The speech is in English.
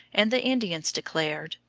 and the indians declared,